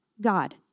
God